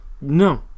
No